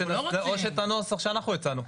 או את הנוסח שאנחנו הצענו.